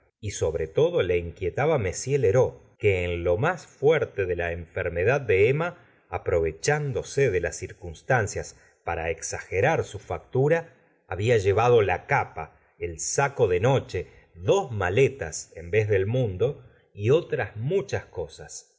y sobre todo le inquietaba m lheureux que en lo más fuerte de la enfermedad de emma aprovechándose de las circunstancias para exagerar su factura había llevado la capa el saco de noche dos maletas en vez del mundo y otras muchas cosas